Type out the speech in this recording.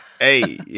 hey